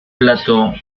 plato